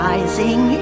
Rising